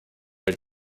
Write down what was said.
red